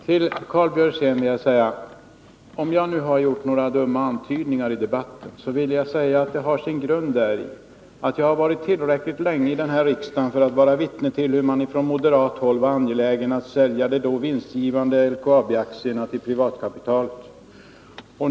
Till Karl Björzén vill jag säga att om jag har gjort några dumma antydningar i debatten så har det sin grund däri att jag har varit med tillräckligt länge här i riksdagen för att ha varit vittne till hur angelägen man från moderat håll var att sälja de då vinstgivande LKAB-aktierna till privatkapitalet.